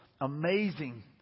amazing